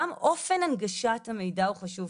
גם אופן הנגשת המידע הוא חשוב,